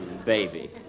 baby